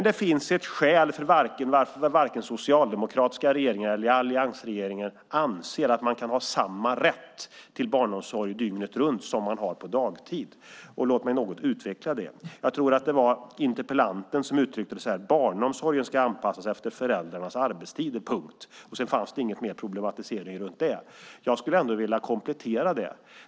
Det finns ett skäl till varför varken socialdemokratiska regeringar eller alliansregeringen anser att man kan ha samma rätt till barnomsorg dygnet runt som man har på dagtid. Låt mig utveckla det något. Interpellanten uttryckte att barnomsorgen ska anpassas efter föräldrarnas arbetstider, punkt. Det fanns inget att problematisera. Jag vill dock komplettera det.